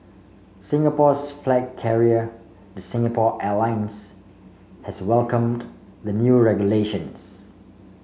Singapore's flag carrier the Singapore Airlines has welcomed the new regulations